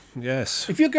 Yes